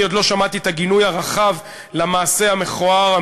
אני עוד לא שמעתי את הגינוי הרחב למעשה המכוער,